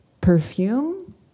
perfume